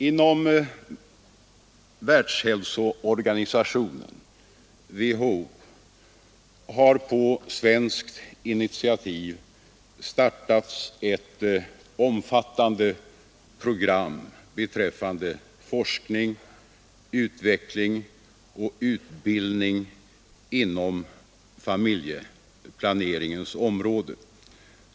Inom Världshälsoorganisationen har på svenskt initiativ startats ett omfattande program rörande forskning, utveckling och utbildning inom familjeplaneringens område.